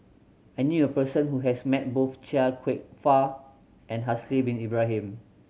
I knew a person who has met both Chia Kwek Fah and Haslir Bin Ibrahim